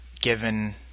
given